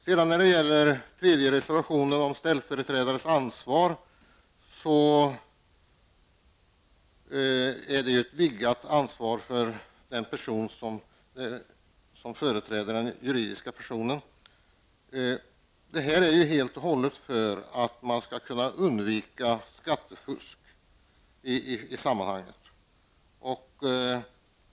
Den tredje reservationen, om ställföreträdares ansvar, gäller ett utvidgat ansvar för den person som företräder den juridiska personen. Anledningen till förslaget är helt och hållet att man skall undvika skattefusk i sammanhanget.